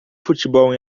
futebol